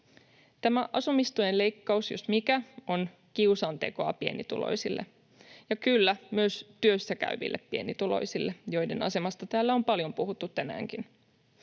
Tämä asumistuen leikkaus, jos mikä, on kiusantekoa pienituloisille, ja kyllä, myös työssäkäyville pienituloisille, joiden asemasta täällä on paljon puhuttu tänäänkin.